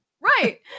Right